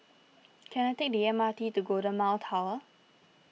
can I take the M R T to Golden Mile Tower